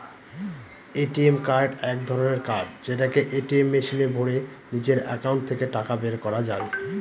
ATM card এক ধরনের card যেটাকে এটিএম মেশিনে ভোরে নিজের একাউন্ট থেকে টাকা বের করা যায়